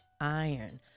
iron